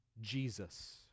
Jesus